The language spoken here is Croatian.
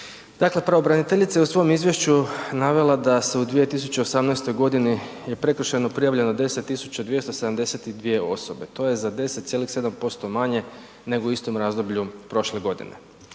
Dakle pravobraniteljica je u svom izvješću navela da se u 2018. je prekršajno prijavljeno 10272 osobe. To je za 10,7% manje nego u istom razdoblju prošle godine.